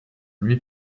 lui